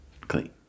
clean